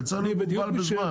זה צריך להיות מוגבל בזמן,